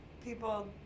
people